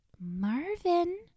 Marvin